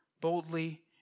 boldly